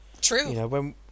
true